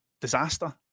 disaster